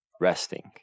resting